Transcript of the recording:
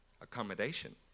Accommodation